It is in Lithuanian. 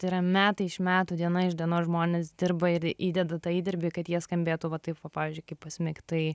tai yra metai iš metų diena iš dienos žmonės dirba ir įdeda tą įdirbį kad jie skambėtų va taip va pavyzdžiui kaip asmik tai